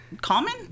common